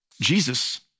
Jesus